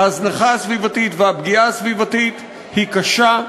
ההזנחה הסביבתית והפגיעה הסביבתית היא קשה,